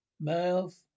Mouth